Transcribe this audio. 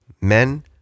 Men